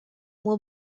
will